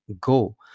go